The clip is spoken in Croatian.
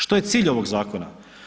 Što je cilj ovog zakona?